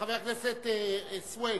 חבר הכנסת סוייד,